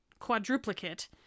quadruplicate